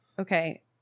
Okay